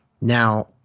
Now